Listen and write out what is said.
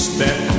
Step